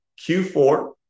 Q4